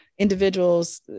individuals